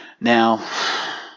Now